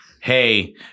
Hey